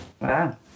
wow